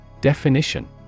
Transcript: Definition